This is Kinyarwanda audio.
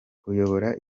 kuyobora